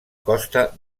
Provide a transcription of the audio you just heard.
costa